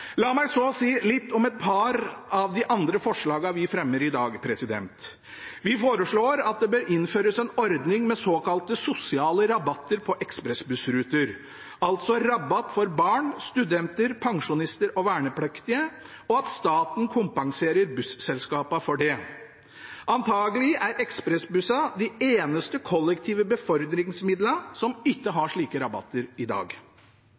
La meg så si litt om et par av de andre forslagene vi fremmer i dag. Vi foreslår at det bør innføres en ordning med såkalte sosiale rabatter på ekspressbussruter – altså rabatt for barn, studenter, pensjonister og vernepliktige – og at staten kompenserer busselskapene for det. Antakelig er ekspressbussene de eneste kollektive befordringsmidlene som ikke har slike rabatter i dag.